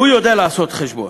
הוא יודע לעשות חשבון,